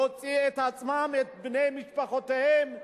להוציא את עצמם ואת בני משפחותיהם מהעוני,